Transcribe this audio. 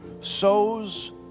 sows